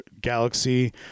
galaxy